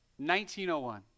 1901